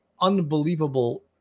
unbelievable